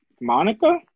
Monica